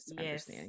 yes